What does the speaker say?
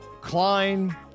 Klein